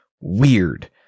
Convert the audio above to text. weird